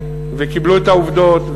וקיבלו את העובדות,